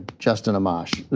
justin amash,